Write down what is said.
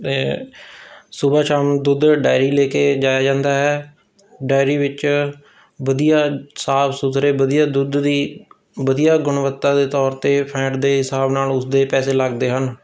ਅਤੇ ਸੁਬਾਹ ਸ਼ਾਮ ਦੁੱਧ ਡੇਅਰੀ ਲੈ ਕੇ ਜਾਇਆ ਜਾਂਦਾ ਹੈ ਡੇਅਰੀ ਵਿੱਚ ਵਧੀਆ ਸਾਫ਼ ਸੁਥਰੇ ਵਧੀਆ ਦੁੱਧ ਦੀ ਵਧੀਆ ਗੁਣਵੱਤਾ ਦੇ ਤੌਰ 'ਤੇ ਫੈਂਟ ਦੇ ਹਿਸਾਬ ਨਾਲ ਉਸਦੇ ਪੈਸੇ ਲੱਗਦੇ ਹਨ